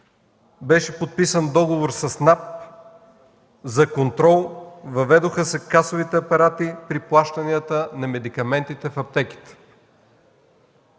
Беше подписан договор с НАП за контрол. Въведоха се касовите апарати при плащанията на медикаментите в аптеките.